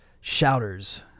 Shouters